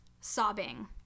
sobbing